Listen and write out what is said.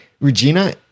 Regina